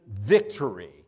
victory